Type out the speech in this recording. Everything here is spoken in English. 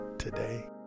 today